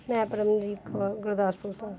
ਮੈਂ ਪਰਮਜੀਤ ਕੌਰ ਗੁਰਦਾਸਪੁਰ ਤੋਂ